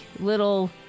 little